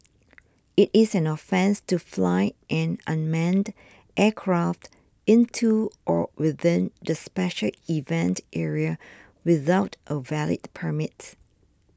it is an offence to fly an unmanned aircraft into or within the special event area without a valid permit